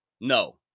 no